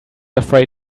afraid